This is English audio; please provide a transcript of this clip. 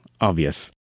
obvious